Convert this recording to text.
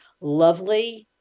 lovely